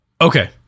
okay